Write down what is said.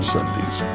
Sundays